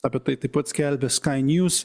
apie tai taip pat skelbia skai niūs